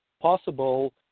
possible